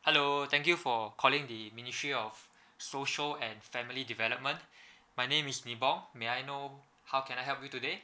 hello thank you for calling the ministry of social and family development my name is neville may I know how can I help you today